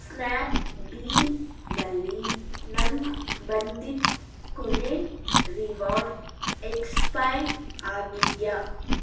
ಸ್ನ್ಯಾಪ್ಡೀಲ್ನಲ್ಲಿ ನನಗೆ ಬಂದಿದ್ದ ಕೊನೆಯ ರಿವಾರ್ಡ್ ಎಕ್ಸ್ಪೈರ್ ಆಗಿದೆಯಾ